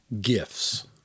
Gifts